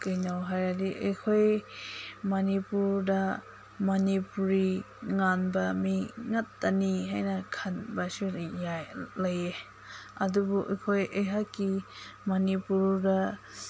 ꯀꯩꯅꯣ ꯍꯥꯏꯔꯗꯤ ꯑꯩꯈꯣꯏ ꯃꯅꯤꯄꯨꯔꯗ ꯃꯅꯤꯄꯨꯔꯤ ꯉꯥꯡꯕ ꯃꯤ ꯉꯥꯛꯇꯅꯤ ꯍꯥꯏꯅ ꯈꯟꯕꯁꯨ ꯌꯥꯏ ꯂꯩꯌꯦ ꯑꯗꯨꯕꯨ ꯑꯩꯈꯣꯏ ꯑꯩꯍꯥꯛꯀꯤ ꯃꯅꯤꯄꯨꯔꯗ